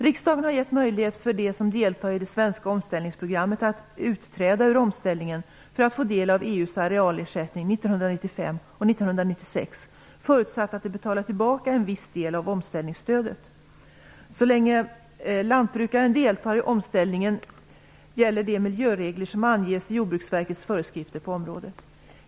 Riksdagen har gett möjlighet för de som deltar i det svenska omställningsprogrammet att utträda ur omställningen för att få del av EU:s arealersättning 1995 och 1996 förutsatt att de betalar tillbaka en viss del av omställningsstödet. Så länge lantbrukaren deltar i omställningen gäller de miljöregler som anges i Jordbruksverkets föreskrifter på området.